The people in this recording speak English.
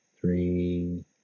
three